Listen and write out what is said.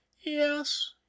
Yes